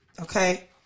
Okay